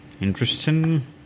Interesting